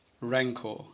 rancor